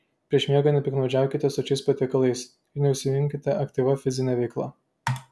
prieš miegą nepiktnaudžiaukite sočiais patiekalais ir neužsiimkite aktyvia fizine veikla